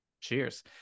cheers